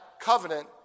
covenant